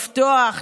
לפתוח,